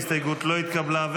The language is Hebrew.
ההסתייגות לא התקבלה.